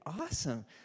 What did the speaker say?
awesome